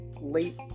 Late